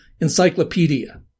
encyclopedia